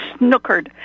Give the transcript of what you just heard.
snookered